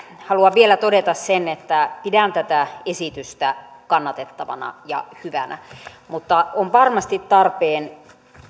haluan vielä todeta sen että pidän tätä esitystä kannatettavana ja hyvänä mutta on varmasti tarpeen